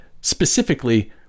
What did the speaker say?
specifically